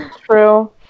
true